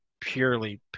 purely